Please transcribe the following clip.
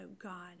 God